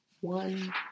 One